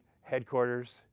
headquarters